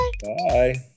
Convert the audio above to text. Bye